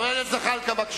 חבר הכנסת זחאלקה, בבקשה.